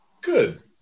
Good